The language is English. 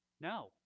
No